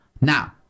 now